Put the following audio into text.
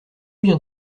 viens